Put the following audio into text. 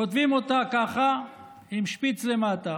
כותבים אותה ככה, עם שפיץ למטה.